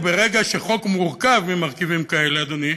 ברגע שחוק מורכב ממרכיבים כאלה, אדוני,